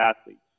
athletes